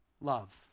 love